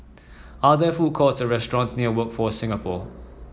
are there food courts or restaurants near Workforce Singapore